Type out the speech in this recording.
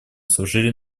служили